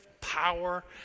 power